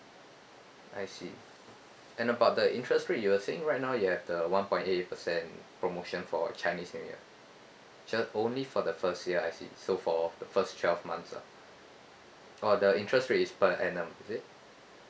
I see and about the interest rate you were saying right now you have the one point eight eight percent promotion for chinese new year just only for the first year I see so for the first twelve months lah oh the interest rates per annum is it